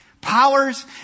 Powers